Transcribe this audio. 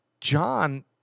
John